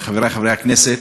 חברי חברי הכנסת,